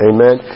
Amen